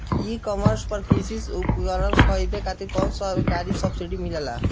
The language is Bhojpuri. ई कॉमर्स पर कृषी उपकरण खरीदे खातिर कउनो सरकारी सब्सीडी मिलेला?